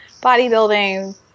bodybuilding